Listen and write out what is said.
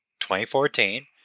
2014